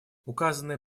указанные